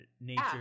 nature